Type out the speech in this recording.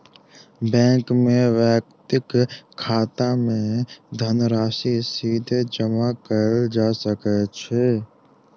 bank मे व्यक्तिक खाता मे धनराशि सीधे जमा कयल जा सकै छै